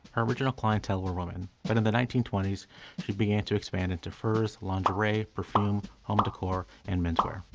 her original clientele were women, but in the nineteen twenty s she began to expand into furs, lingerie, perfume, home decor, and menswear.